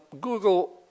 Google